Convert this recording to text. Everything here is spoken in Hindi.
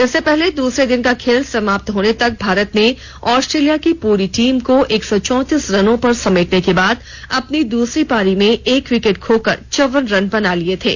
इससे पहले दूसरे दिन का खेल समाप्त होने तक भारत ने आस्ट्रेलिया की प्री टीम को एक सौ चौंतीस रनों पर समेटने के बाद अपनी दूसरी पारी में एक विकेट खोकर चौवन रह बना लिए थे